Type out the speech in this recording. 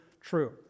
true